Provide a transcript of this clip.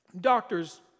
doctors